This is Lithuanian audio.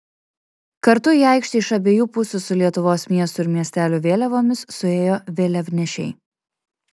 kartu į aikštę iš abiejų pusių su lietuvos miestų ir miestelių vėliavomis suėjo vėliavnešiai